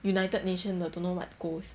united nations the don't know what goals